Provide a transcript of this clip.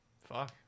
Fuck